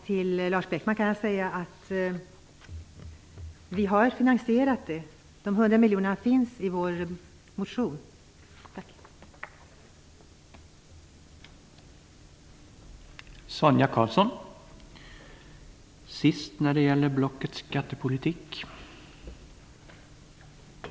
Till Lars Bäckström kan jag säga att detta förslag är finansierat. De hundra miljonerna finns med i vår motion. Tack!